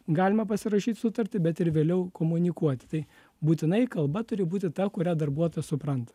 galima pasirašyt sutartį bet ir vėliau komunikuoti tai būtinai kalba turi būti ta kurią darbuotojas supranta